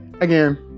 again